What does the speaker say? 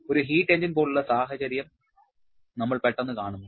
ഒരു heat engine പോലുള്ള സാഹചര്യം നമ്മൾ പെട്ടെന്ന് കാണുന്നു